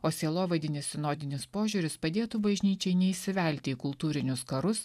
o sielovadinis sinodinis požiūris padėtų bažnyčiai neįsivelti į kultūrinius karus